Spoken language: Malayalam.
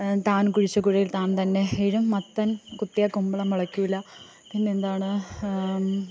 താന് കുഴിച്ച കുഴിയില് താന് തന്നെ വീഴും മത്തന് കുത്തിയാല് കുമ്പളം മുളയ്ക്കില്ല പിന്നെന്താണ്